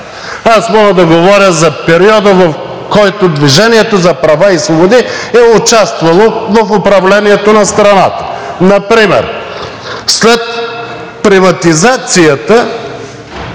Аз мога да говоря за периода, в който „Движение за права и свободи“ е участвало в управлението на страната. Например след приватизацията